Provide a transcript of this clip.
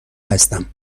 هستم